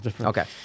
Okay